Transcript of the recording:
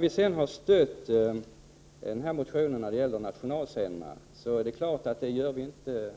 Vi har stött motionen om nationalscenerna, men självfallet inte